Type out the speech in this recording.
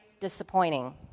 disappointing